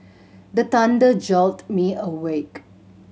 the thunder jolt me awake